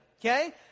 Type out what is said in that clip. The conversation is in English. okay